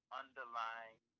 underlying